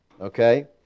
Okay